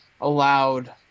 allowed